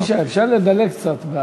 אבישי, אפשר לדלג קצת.